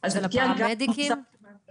בואו נאפשר לו.